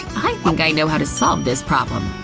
i think i know how to solve this problem.